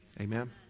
Amen